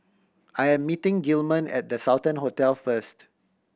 I am meeting Gilman at The Sultan Hotel first